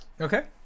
Okay